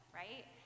right